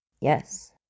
Yes